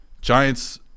Giants